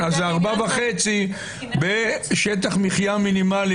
4.5 מ"ר זה שטח מחיה מינימלי.